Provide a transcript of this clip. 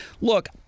look